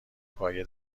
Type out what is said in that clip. پایه